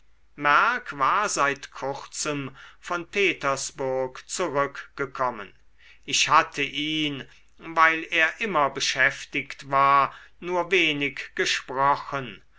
merck war seit kurzem von petersburg zurückgekommen ich hatte ihn weil er immer beschäftigt war nur wenig gesprochen